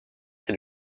qui